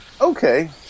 Okay